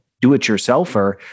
do-it-yourselfer